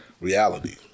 reality